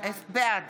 בעד